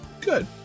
Good